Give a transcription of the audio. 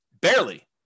barely